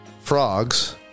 Frogs